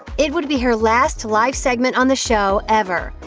it would be her last live segment on the show, ever.